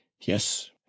Yes